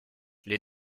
les